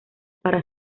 para